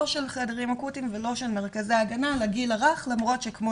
לא של חדרים אקוטיים ולא של מרכזי ההגנה לגיל הרך למרות שכמו